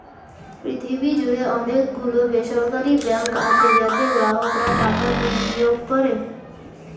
পৃথিবী জুড়ে অনেক গুলো বেসরকারি ব্যাঙ্ক আছে যাতে গ্রাহকরা টাকা বিনিয়োগ করে